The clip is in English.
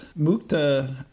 Mukta